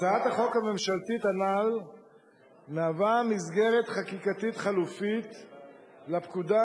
הצעת החוק הממשלתית הנ"ל מהווה מסגרת חקיקתית חלופית לפקודה,